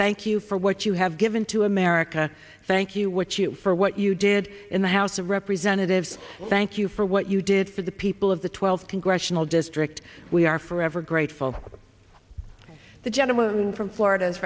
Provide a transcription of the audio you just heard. thank you for what you have given to america thank you what you for what you did in the house of representatives thank you for what you did for the people of the twelfth congressional district we are forever grateful the gentleman from florida is